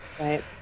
Right